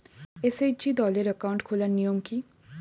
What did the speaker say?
SHG দলের account খোলার নিয়ম কী?